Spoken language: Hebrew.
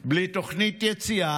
בלי תוכנית יציאה,